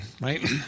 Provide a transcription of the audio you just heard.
right